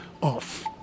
off